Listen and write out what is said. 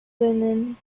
linen